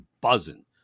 buzzing